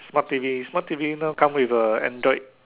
smart T_V smart T_V now come with a Android